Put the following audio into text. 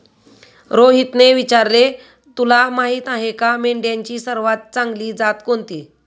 रोहितने विचारले, तुला माहीत आहे का मेंढ्यांची सर्वात चांगली जात कोणती?